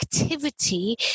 activity